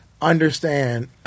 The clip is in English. understand